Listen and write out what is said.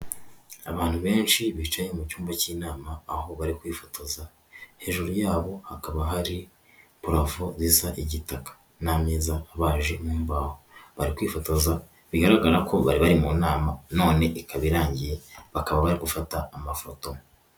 Abantu benshi bicaye mu cyumba cy'inama aho bari kwifotoza, hejuru yabo hakaba hari parafo isa igitaka n'ameza abaje mu mbaho. Bari kwifotoza bigaragara ko bari bari mu nama none ikaba irangiye, bakaba bari gufata amafoto.